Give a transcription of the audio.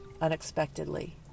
unexpectedly